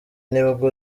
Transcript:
nibwo